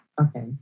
Okay